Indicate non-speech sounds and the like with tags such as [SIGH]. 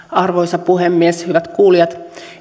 [UNINTELLIGIBLE] arvoisa puhemies hyvät kuulijat